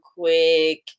quick